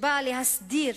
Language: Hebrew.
שבאה להסדיר,